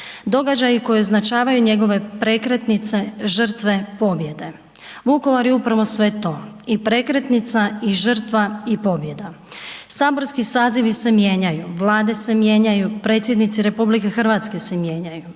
Događaji koji označavaju njegove prekretnice, žrtve, pobjede. Vukovar je upravo sve to, i prekretnica i žrtva i pobjeda. Saborski sazivi se mijenjaju, Vlade se mijenjaju, predsjednici RH se mijenjaju,